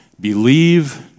believe